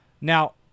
Now